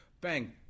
bang